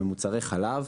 ומוצרי חלב,